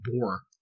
boar